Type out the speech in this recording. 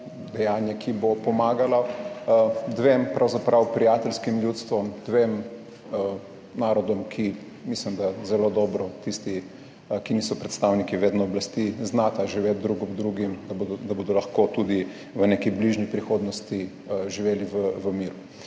dejanje, ki bo pomagala dvema pravzaprav prijateljskim ljudstvom, dvema narodom, ki mislim, da zelo dobro, tisti, ki niso predstavniki vedno oblasti, znata živeti drug ob drugim, da bodo lahko tudi v neki bližnji prihodnosti živeli v miru.